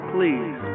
Please